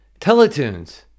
Teletoons